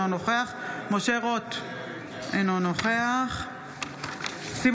אינו נוכח משה רוט,